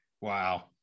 Wow